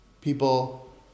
People